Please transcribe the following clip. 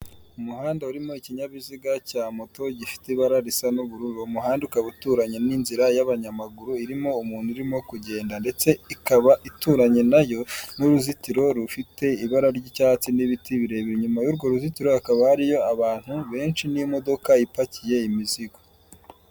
Umuhanda urimo ikinyabiziga cya moto gifite ibara risa n'ubururu, umuhanda ukaba uturanye n'inzira y'abanyamaguru irimo umuntu urimo kugenda ndetse ikaba ituranye nayo n'uruzitiro rufite ibara ry'icyatsi n'ibiti birebire inyuma y'urwo ruzitiro hakaba hariyo abantu benshi n'imodoka ipakiye imizigo.